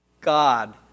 God